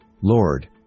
Lord